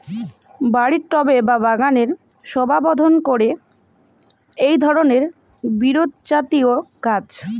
বাড়ির টবে বা বাগানের শোভাবর্ধন করে এই ধরণের বিরুৎজাতীয় গাছ